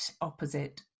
opposite